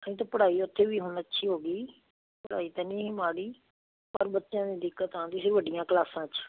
ਨਹੀਂ ਤਾਂ ਪੜ੍ਹਾਈ ਉੱਥੇ ਵੀ ਹੁਣ ਅੱਛੀ ਹੋ ਗਈ ਪੜ੍ਹਾਈ ਤਾਂ ਨਹੀਂ ਮਾੜੀ ਪਰ ਬੱਚਿਆਂ ਦੀ ਦਿੱਕਤ ਆਉਂਦੀ ਸੀ ਵੱਡੀਆਂ ਕਲਾਸਾਂ 'ਚ